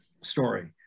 story